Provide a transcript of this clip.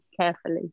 carefully